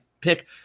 pick